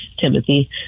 Timothy